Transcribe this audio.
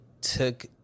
took